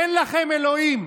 אין לכם אלוהים.